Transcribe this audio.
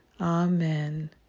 Amen